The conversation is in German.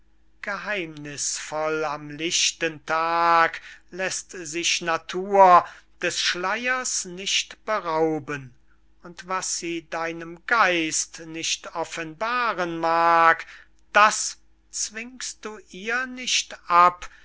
am lichten tag läßt sich natur des schleyers nicht berauben und was sie deinem geist nicht offenbaren mag das zwingst du ihr nicht ab